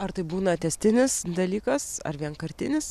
ar tai būna tęstinis dalykas ar vienkartinis